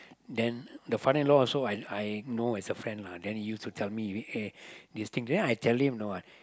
then the father in law also I I know as a friend lah then he used to tell me eh this thing then I tell him you know what